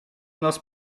nas